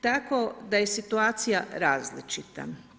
Tako da je situacija različita.